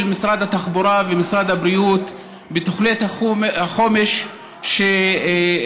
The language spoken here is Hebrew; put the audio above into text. משרד התחבורה ומשרד הבריאות בתוכנית החומש שעברה,